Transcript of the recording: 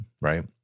right